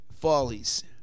Follies